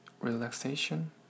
relaxation